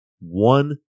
One